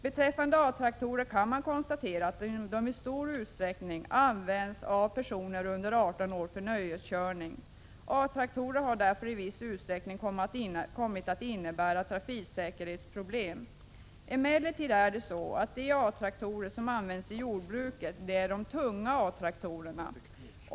Beträffande A-traktorer kan man konstatera att de i stor utsträckning används av personer under 18 år för nöjeskörning. A-traktorer har därför i viss utsträckning kommit att innebära trafiksäkerhetsproblem. Emellertid är det så att de A-traktorer som används i jordbruket är de tunga A traktorerna.